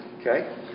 Okay